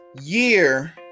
year